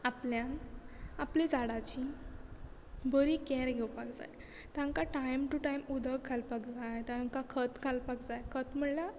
आपणें झाडांची बरी कॅर घेवपाक जाय तांकां टायम टू टायम उदक घालपाक जाय तांकां खत घालपाक जाय खत म्हणल्यार